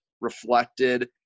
reflected